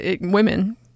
women